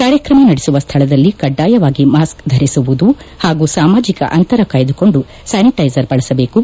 ಕಾರ್ಯಕ್ರಮ ನಡೆಸುವ ಸ್ಥಳದಲ್ಲಿ ಕಡ್ಡಾಯವಾಗಿ ಮಾಸ್ಕ್ ಧರಿಸುವುದು ಪಾಗೂ ಸಾಮಾಜಿಕ ಅಂತರ ಕಾಯ್ಟುಕೊಂಡು ಸ್ಕಾನಿಟೈಸರ್ ಬಳಸಬೇಕು